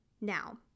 Now